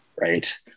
right